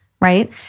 right